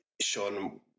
sean